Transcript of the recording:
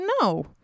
no